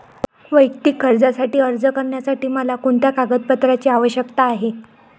वैयक्तिक कर्जासाठी अर्ज करण्यासाठी मला कोणत्या कागदपत्रांची आवश्यकता आहे?